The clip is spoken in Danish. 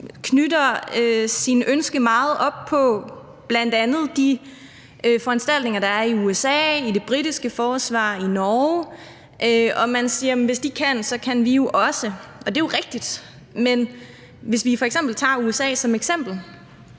knytter sit ønske meget op på bl.a. de foranstaltninger, der er i USA, i det britiske forsvar, i Norge, og at man siger, at hvis de kan, så kan vi jo også. Og det er rigtigt, men hvis vi tager USA som eksempel,